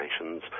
Nations